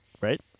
right